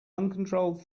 uncontrolled